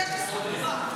אתה לא הוצאת אותה?